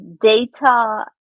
data